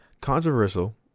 controversial